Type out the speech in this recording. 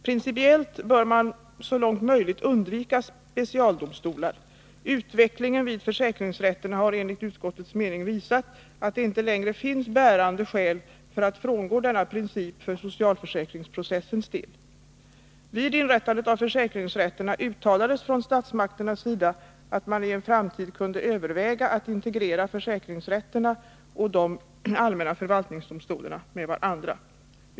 Principiellt bör man också så långt möjligt undvika specialdomstolar. Utvecklingen vid försäkringsrätterna har enligt utskottets mening visat att det inte längre finns bärande skäl för att frångå denna princip för socialförsäkringsprocessens del. Vid inrättandet av försäkringsrätterna uttalades från statsmakternas sida att man i en framtid kunde överväga att integrera försäkringsrätterna och de allmänna förvaltningsdomstolarna med varandra.